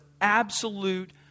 absolute